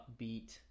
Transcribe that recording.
upbeat